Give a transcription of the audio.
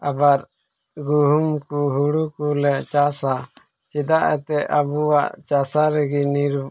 ᱟᱵᱟᱨ ᱜᱩᱦᱩᱢ ᱠᱚ ᱦᱩᱲᱩ ᱠᱚᱞᱮ ᱪᱟᱥᱟ ᱪᱮᱫᱟᱜ ᱮᱱᱛᱮᱫ ᱟᱵᱚᱣᱟᱜ ᱪᱟᱥᱟ ᱞᱟᱹᱜᱤᱫ ᱱᱤᱨᱵᱷᱚᱨ